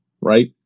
right